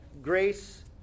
Grace